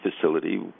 facility